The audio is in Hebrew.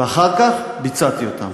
ואחר כך ביצעתי אותן.